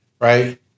right